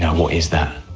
what is that,